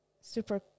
super